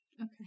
Okay